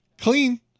clean